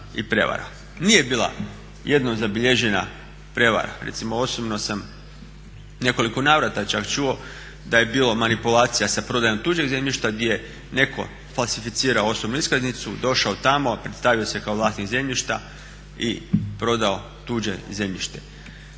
Nije bila jednom zabilježena prevara. Recimo osobno sam u nekoliko navrata čak čuo da je bilo manipulacija sa prodajom tuđeg zemljišta di je neko falsificirao osobnu iskaznicu, došao tamo, predstavio se kao vlasnik zemljišta i prodao tuđe zemljište.